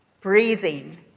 breathing